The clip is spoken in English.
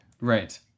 Right